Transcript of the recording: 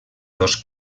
dos